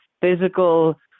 physical